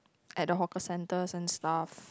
at the hawker centres and stuff